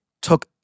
took